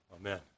Amen